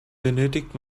benötigt